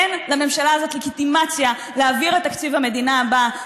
אין לממשלה הזאת לגיטימציה להעביר את תקציב המדינה הבא,